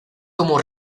como